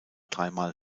dreimal